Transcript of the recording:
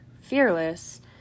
Fearless